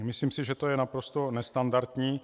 Myslím si, že to je naprosto nestandardní.